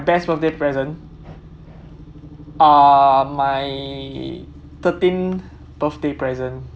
my best birthday present uh my thirteenth birthday present